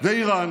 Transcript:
ואיראן